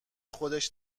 خودش